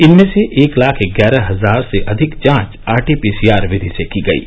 इनमें से एक लाख ग्यारह हजार से अधिक जांच आरटीपीसीआर विधि से की गयीं